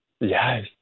Yes